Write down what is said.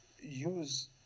use